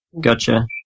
gotcha